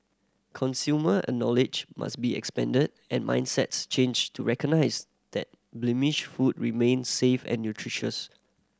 consumer a knowledge must be expanded and mindsets changed to recognise that blemished food remains safe and nutritious